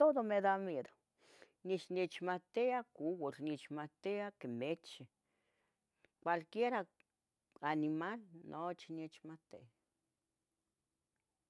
Todos me da miedo, ixnechmactiah couatl, nechmactiah quimichi, cualquiera animal nochi nech mohtia.